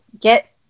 get